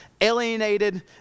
alienated